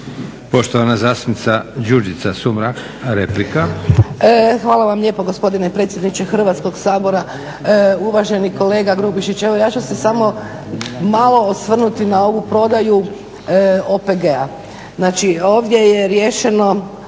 Poštovana zastupnica Đurđica Sumrak, replika. **Sumrak, Đurđica (HDZ)** Hvala vam lijepo gospodine predsjedniče Hrvatskog sabora, uvaženi kolega Grubišić. Evo ja ću se samo malo osvrnuti na ovu prodaju OPG-a. Znači, ovdje je riješeno